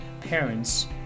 parents